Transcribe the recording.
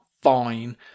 fine